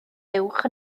uwch